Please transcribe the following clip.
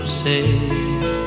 says